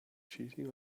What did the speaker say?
cheating